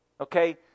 okay